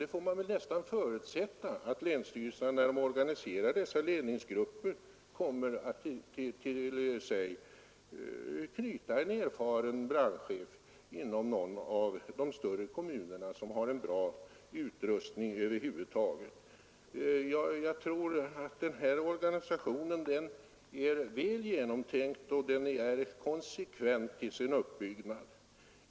Man får väl förutsätta att länsstyrelserna, när de organiserar dessa ledningsgrupper, kommer att till dem knyta en erfaren brandchef inom någon av de större kommunerna. Den föreslagna organisationen för räddningstjänsten är enligt min uppfattning väl genomtänkt och konsekvent till sin uppbyggnad.